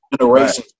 generations